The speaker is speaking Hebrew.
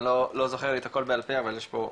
אני לא זוכר את הכול בעל פה אבל יש פה,